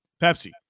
Pepsi